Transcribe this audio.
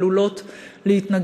והן עלולות להתנגש,